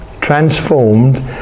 transformed